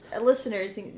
Listeners